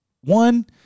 One